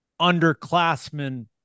Underclassmen